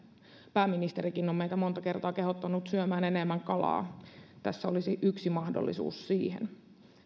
pääministerikin on meitä monta kertaa kehottanut syömään enemmän kalaa tässä olisi yksi mahdollisuus siihen